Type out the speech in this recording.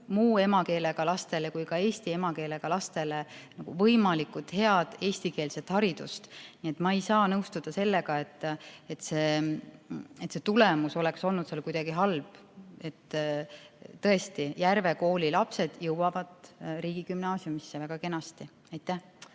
muu emakeelega lastele kui ka eesti emakeelega lastele võimalikult head eestikeelset haridust. Nii et ma ei saa nõustuda sellega, et see tulemus oleks olnud kuidagi halb. Tõesti, Järve kooli lapsed jõuavad riigigümnaasiumisse väga kenasti. Aitäh